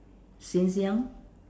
since young